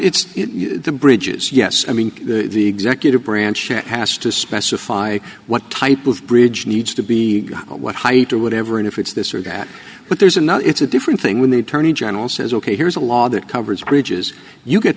it's the bridges yes i mean the executive branch has to specify what type of bridge needs to be what height or whatever and if it's this or that but there's another it's a different thing when the attorney general says ok here's a law that covers bridges you get